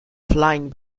flying